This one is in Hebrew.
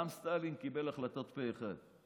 גם סטלין קיבל החלטות פה אחד.